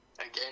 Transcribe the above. again